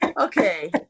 okay